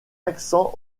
accent